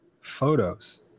photos